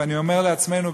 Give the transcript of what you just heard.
ואני אומר לעצמנו,